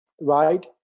right